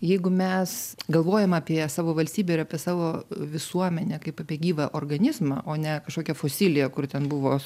jeigu mes galvojam apie savo valstybę ir apie savo visuomenę kaip apie gyvą organizmą o ne kažkokią fosiliją kur ten buvo